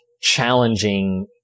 challenging